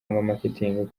marketing